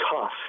tough